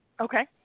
Okay